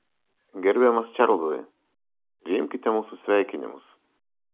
gerbiamas čarlzai priimkite mūsų sveikinimus